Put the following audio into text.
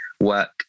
work